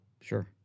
Sure